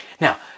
Now